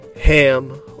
ham